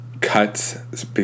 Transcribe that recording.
cuts